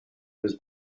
was